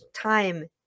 time